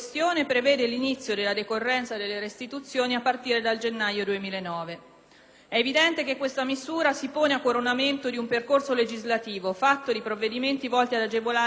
È evidente che questa misura si pone a coronamento di un percorso legislativo fatto di provvedimenti volti ad agevolare le popolazioni delle zone di Marche ed Umbria colpite dal grave evento sismico del 1997.